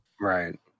Right